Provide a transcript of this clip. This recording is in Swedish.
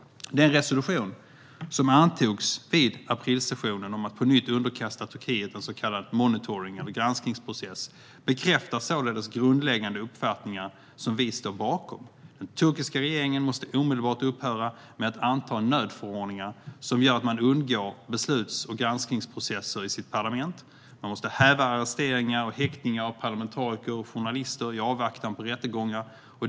Den resolution som antogs vid aprilsessionen om att på nytt underkasta Turkiet en så kallad monitoring eller granskningsprocess bekräftar således grundläggande uppfattningar som vi står bakom: Den turkiska regeringen måste omedelbart upphöra med att anta nödförordningar som gör att man undgår besluts och granskningsprocesser i sitt parlament. Man måste häva arresteringar och häktningar av parlamentariker och journalister i avvaktan på rättegångar.